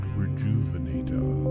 rejuvenator